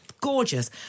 gorgeous